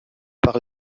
par